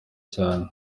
cyane